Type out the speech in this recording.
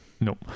No